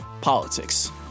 politics